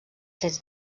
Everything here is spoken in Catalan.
trets